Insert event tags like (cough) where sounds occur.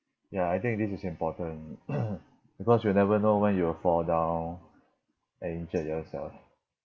ya I think this is important (noise) because you never know when you will fall down and injured yourself